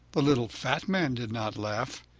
the little fat man did not laugh.